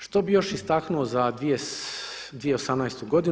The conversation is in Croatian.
Što bi još istaknuo za 2018. g.